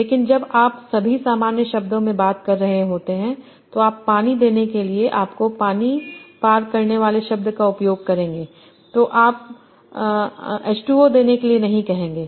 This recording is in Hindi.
लेकिन जब आप सभी सामान्य शब्दों में बात कर रहे होते हैं तो आप पानी देने के लिए आपको पानी पार करने वाले शब्द का उपयोग करेंगे तो आप आपको H2O देने के लिए नहीं कहेंगे